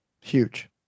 huge